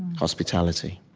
hospitality.